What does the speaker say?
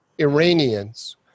Iranians